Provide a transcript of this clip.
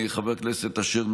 חבר הכנסת אשר,